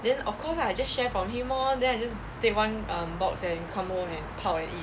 then of course lah I just share from him lor then I just take one um box and come home and 泡 and eat